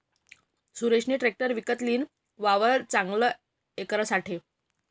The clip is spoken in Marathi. सुरेशनी ट्रेकटर विकत लीन, वावर चांगल करासाठे